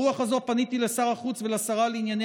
ברוח הזאת פניתי לשר החוץ ולשרה לענייני